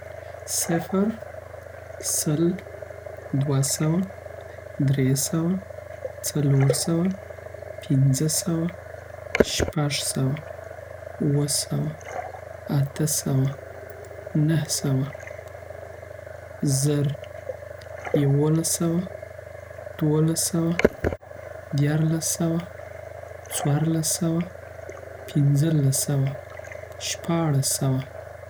صفر سل دوه سوه دری سوه څلور سوه پنځه سوه شپږ سوه اوه سوه اته سوه نه سوه زر یوولس سوه دوو لس سوه دیار لس سوه څوار لس سوه پنځلس سوه شپاوس سوه